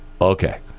okay